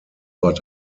but